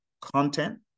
content